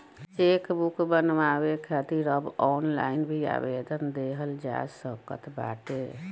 chequebook बनवावे खातिर अब ऑनलाइन भी आवेदन देहल जा सकत बाटे